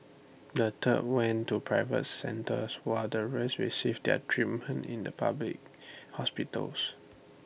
third went to private centres while the rest received their treatment in the public hospitals